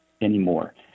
anymore